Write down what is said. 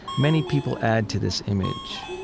many people add to this image.